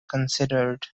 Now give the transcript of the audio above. considered